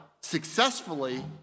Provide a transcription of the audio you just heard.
successfully